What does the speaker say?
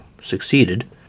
succeeded